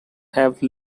have